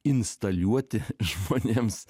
instaliuoti žmonėms